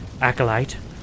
Acolyte